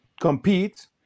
compete